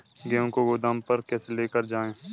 गेहूँ को गोदाम पर कैसे लेकर जाएँ?